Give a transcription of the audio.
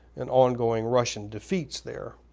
in ongoing russian defeats there.